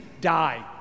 die